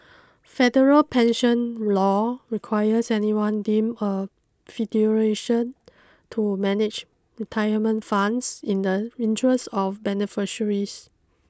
federal pension law requires anyone deemed a to manage retirement funds in the interest of beneficiaries